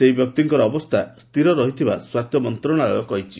ସେହି ବ୍ୟକ୍ତିଙ୍କର ଅବସ୍ଥା ସ୍ଥିର ରହିଥିବାର ସ୍ୱାସ୍ଥ୍ୟ ମନ୍ତ୍ରଣାଳୟ କହିଛି